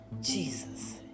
Jesus